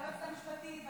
והיועצת המשפטית,